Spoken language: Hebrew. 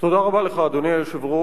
תודה רבה לך, אדוני היושב-ראש.